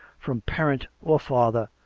from parent or father,